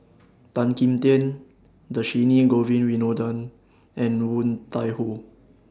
Tan Kim Tian Dhershini Govin Winodan and Woon Tai Ho